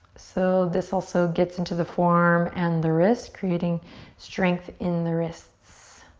so this also gets into the forearm and the wrist creating strength in the wrists.